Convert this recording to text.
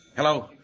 Hello